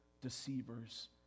deceivers